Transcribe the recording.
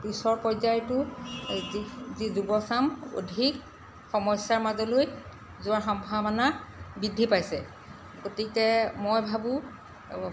পিছৰ পৰ্যায়তো যি যুৱচাম অধিক সমস্যাৰ মাজলৈ যোৱাৰ সম্ভাৱনা বৃদ্ধি পাইছে গতিকে মই ভাবোঁ